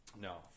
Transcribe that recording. No